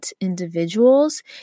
individuals